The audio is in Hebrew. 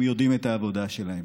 הם יודעים את העבודה שלהם.